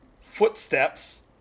Footsteps